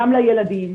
גם לילדים,